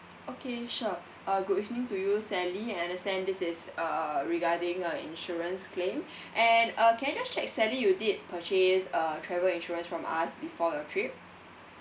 okay sure uh good evening to you sally I understand this is uh regarding a insurance claim and uh can I just check sally you did purchase a travel insurance from us before your trip